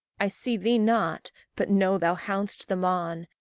i see thee not, but know thou hound'st them on,